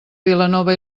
vilanova